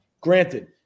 Granted